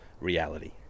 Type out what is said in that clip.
reality